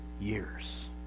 years